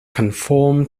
conform